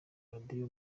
radio